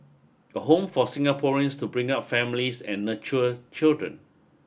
a home for Singaporeans to bring up families and nurture children